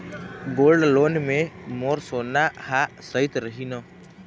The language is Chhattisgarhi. गोल्ड लोन मे मोर सोना हा सइत रही न?